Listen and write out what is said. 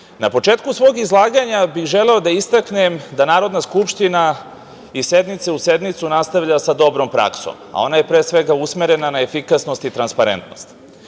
početku svog izlaganja bih želeo da istaknem da Narodna skupština iz sednice u sednicu nastavlja sa dobrom praksom, a ona je pre svega usmerena na efikasnosti i transparentnost.